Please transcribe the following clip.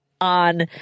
on